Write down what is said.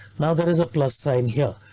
now there is a plus sign here.